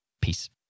Peace